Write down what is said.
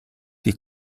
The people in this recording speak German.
die